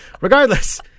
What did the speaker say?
Regardless